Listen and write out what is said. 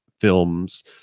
films